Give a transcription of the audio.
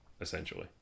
essentially